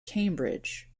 cambridge